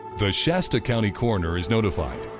the shasta county coroner is notified.